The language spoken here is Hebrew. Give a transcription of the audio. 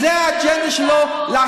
זו האג'נדה שלו, הוא לא נמצא פה.